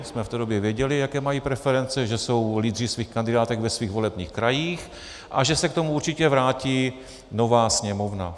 V té době jsme věděli, jaké mají preference, že jsou lídři svých kandidátek ve svých volebních krajích a že se k tomu určitě vrátí nová Sněmovna.